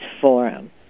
Forum